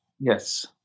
Yes